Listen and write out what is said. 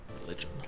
Religion